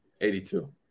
82